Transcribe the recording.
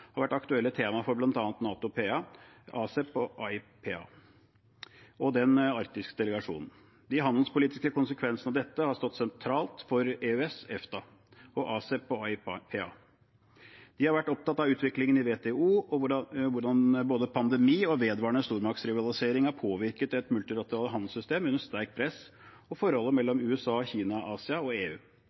har vært aktuelle tema for bl.a. NATO PA, ASEP/ AIPA og den arktiske delegasjonen. De handelspolitiske konsekvensene av dette har stått sentralt for EØS/EFTA og ASEP/AIPA. Vi har vært opptatt av utviklingen i WTO og hvordan både pandemi og vedvarende stormaktsrivalisering har påvirket et multilateralt handelssystem under sterkt press og forholdet mellom USA og Kina og Asia og EU.